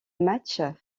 matchs